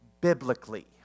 biblically